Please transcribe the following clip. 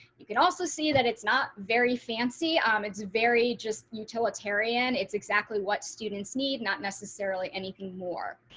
you can also see that it's not very fancy. um it's very just utilitarian, it's exactly what students need not necessarily anything more.